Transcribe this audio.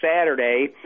saturday